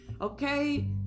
Okay